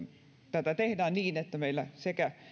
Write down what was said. tätä tehdään niin että meillä sekä